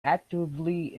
actively